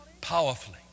powerfully